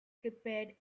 prepared